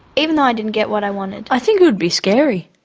even though i didn't get what i wanted. i think it would be scary.